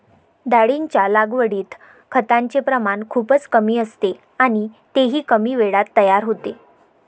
डाळींच्या लागवडीत खताचे प्रमाण खूपच कमी असते आणि तेही कमी वेळात तयार होते